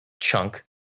chunk